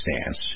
stance